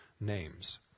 names